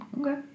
Okay